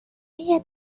ella